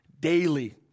daily